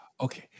Okay